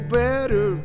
better